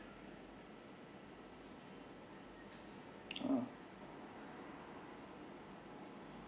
ah